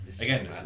Again